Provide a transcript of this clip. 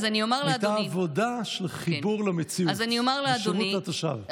הייתה עבודה של חיבור למציאות ושירות לתושב.